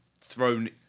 thrown